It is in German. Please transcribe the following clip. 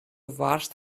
warst